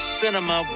cinema